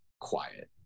quiet